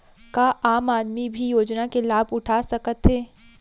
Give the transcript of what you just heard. का आम आदमी भी योजना के लाभ उठा सकथे?